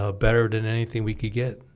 ah better than anything we could get